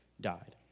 died